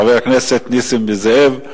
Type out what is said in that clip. חבר הכנסת נסים זאב.